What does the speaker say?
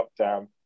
lockdown